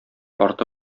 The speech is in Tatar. арты